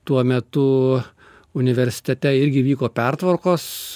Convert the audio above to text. tuo metu universitete irgi vyko pertvarkos